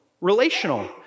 relational